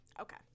okay